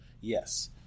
Yes